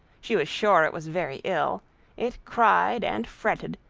she was sure it was very ill it cried, and fretted,